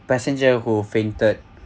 passenger who fainted